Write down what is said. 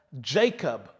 Jacob